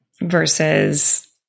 versus